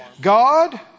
God